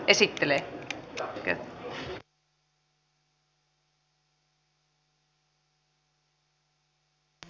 esittelen annettava lausunto